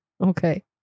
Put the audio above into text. Okay